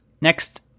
next